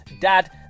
Dad